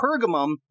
Pergamum